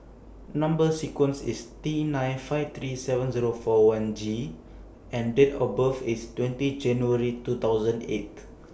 Number sequence IS T nine five three seven Zero four one G and Date of birth IS twenty January two thousand and eight